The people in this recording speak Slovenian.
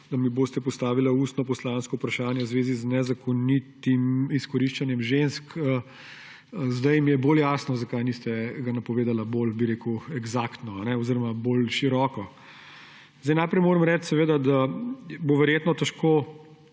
da mi boste postavili ustno poslansko vprašanje v zvezi z nezakonitim izkoriščanjem žensk. Zdaj mi je bolj jasno, zakaj ga niste napovedali bolj eksaktno oziroma bolj široko. Najprej moram reči, da bo verjetno težko